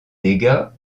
dégâts